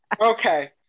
Okay